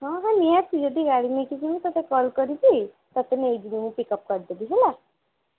ହଁ ହଁ ନିହାତି ଯଦି ଗାଡ଼ି ନେଇକି ଯିବି ତୋତେ କଲ୍ କରିବି ତୋତେ ନେଇଯିବି ମୁଁ ପିକ୍ଅପ୍ କରିଦେବି ହେଲା